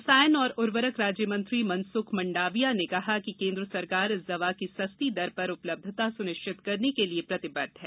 रसायन और उर्वरक राज्यमंत्री मनसुख मंडाविया ने कहा है कि केंद्र सरकार इस दवा की सस्ती दर पर उपलब्धता सुनिश्चित करने के लिए प्रतिबद्ध है